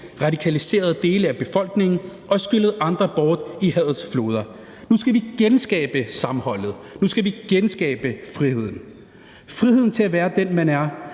radikaliseret dele af befolkningen og skyllet andre bort i hadets floder. Nu skal vi genskabe sammenholdet, nu skal vi genskabe friheden, friheden til at være den, man er,